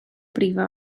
brifo